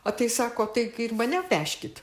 o tai sako tai ir mane vežkit